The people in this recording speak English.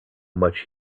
much